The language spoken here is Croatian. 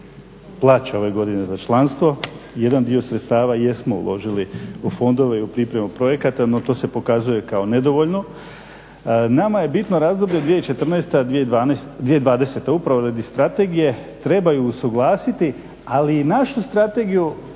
plaća ove godine za članstvo i jedan dio sredstava jesmo uložili u fondove i u pripremu projekata no to se pokazuje kao nedovoljno. Nama je bitno razdoblje 2014-.2020.upravo radi strategije treba ju usuglasiti ali i našu strategiju